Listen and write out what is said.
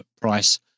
price